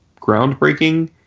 groundbreaking